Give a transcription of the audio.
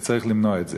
וצריך למנוע את זה.